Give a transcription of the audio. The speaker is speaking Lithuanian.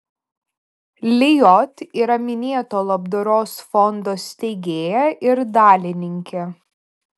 lijot yra minėto labdaros fondo steigėja ir dalininkė